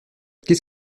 qu’est